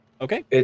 Okay